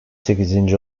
sekizinci